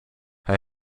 hij